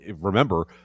remember